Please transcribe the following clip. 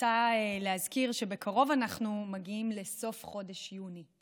אני רוצה להזכיר שבקרוב אנחנו מגיעים לסוף חודש יוני,